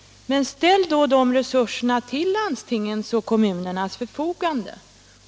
Men ställ då dessa resurser till landstingens och kommunernas förfogande!